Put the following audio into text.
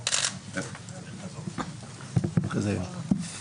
יו"ר ועדת